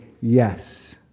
yes